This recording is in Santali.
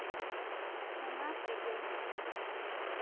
ᱚᱱᱟ ᱛᱮᱜᱮ